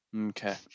Okay